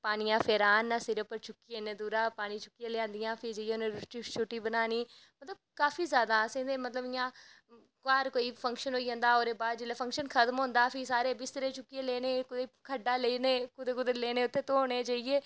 पानियें दा फेरा आह्नना सिरै पर चुक्कियै इन्नै दूरा दा लेआंदियां हां फ्ही उनैं रुट्टी बनानी मतलव काफी जादा असें ते इयां घर कोई फंक्शन होंदा हा फंक्शन होई जंदा हा फ्ही सारे बिस्तरे चुक्कियै लेने कोई खड्डा लेने कुदै कुदै लेने उत्थें धोने जाइयै